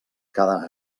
cada